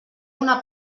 una